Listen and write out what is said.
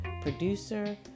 producer